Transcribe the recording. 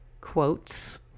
quotes